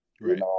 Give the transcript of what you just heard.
Right